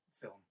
film